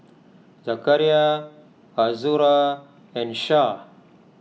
Zakaria Azura and Syah